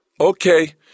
Okay